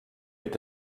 mit